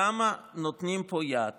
למה נותנים פה יד